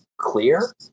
clear